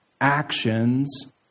Actions